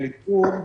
ניטור,